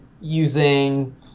using